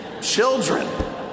Children